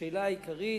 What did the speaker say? השאלה העיקרית,